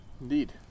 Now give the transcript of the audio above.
Indeed